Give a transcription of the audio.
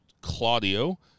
Claudio